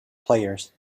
players